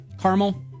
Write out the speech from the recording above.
Caramel